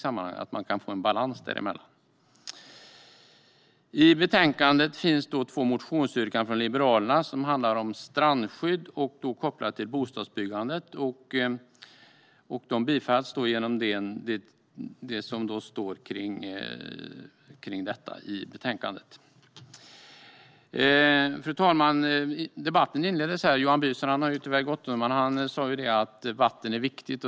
Det gäller att man kan få balans däremellan. I betänkandet finns två motionsyrkanden från Liberalerna som handlar om strandskydd kopplat till bostadsbyggandet. De tillstyrks genom det som står i betänkandet. Fru talman! Debatten inleddes med Johan Büser - han har tyvärr gått nu - som sa att vatten är viktigt.